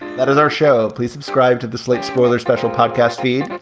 that is our show. please subscribe to the slate spoiler special podcast feed.